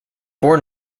four